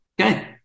Okay